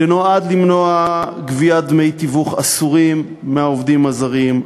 שנועד למנוע גביית דמי תיווך אסורים מהעובדים הזרים,